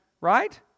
right